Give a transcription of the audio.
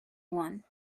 one